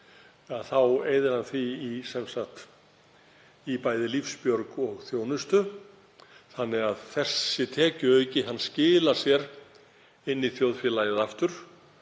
þá eyðir hann því í bæði lífsbjörg og þjónustu þannig að þessi tekjuauki skilar sér inn í þjóðfélagið aftur